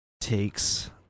takes